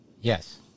Yes